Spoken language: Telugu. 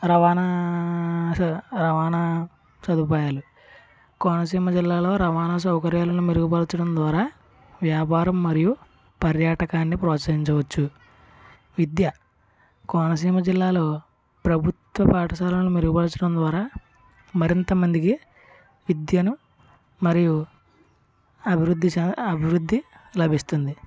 రవాణా సౌ రవాణా సదుపాయాలు కోనసీమ జిల్లాలో రవాణా సౌకర్యాలను మెరుగుపరచడం ద్వారా వ్యాపారం మరియు పర్యాటకాన్ని ప్రోత్సహించవచ్చు విద్య కోనసీమ జిల్లాలో ప్రభుత్వ పాఠశాలను మెరుగుపరచడం ద్వారా మరింత మందికి విద్యను మరియు అభివృద్ధి స అభివృద్ధి లభిస్తుంది